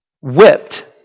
whipped